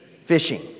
Fishing